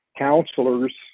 counselors